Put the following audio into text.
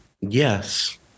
Yes